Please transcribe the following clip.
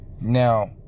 Now